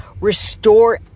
restore